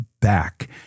back